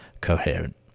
coherent